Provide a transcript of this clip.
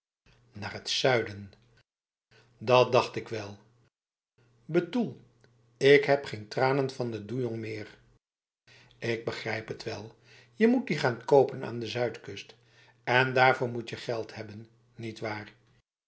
naar het zuidenf dat dacht ik wel betoel ik heb geen tranen van de doejong meeif ik begrijp het wel je moet die gaan kopen aan de zuidkust en daarvoor moet je geld hebben nietwaar